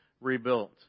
rebuilt